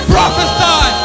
Prophesy